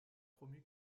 promue